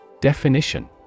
Definition